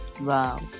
Wow